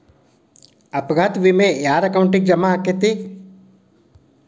ಅಪಘಾತ ವಿಮೆ ಯಾರ್ ಅಕೌಂಟಿಗ್ ಜಮಾ ಆಕ್ಕತೇ?